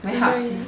my heart sink